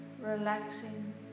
relaxing